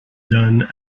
done